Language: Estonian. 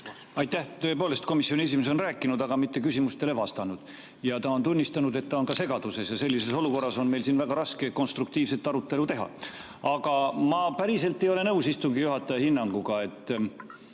Aitäh! Tõepoolest, komisjoni esimees on rääkinud, aga mitte küsimustele vastanud. Ja ta on tunnistanud, et ta on ka segaduses ning sellises olukorras on meil siin väga raske konstruktiivset arutelu teha. Aga ma ei ole päriselt nõus istungi juhataja hinnanguga,